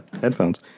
headphones